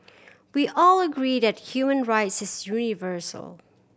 we all agree that human rights is universal